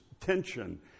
tension